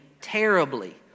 terribly